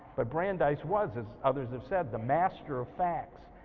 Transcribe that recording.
but brandeis was as others have said the master of facts,